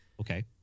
Okay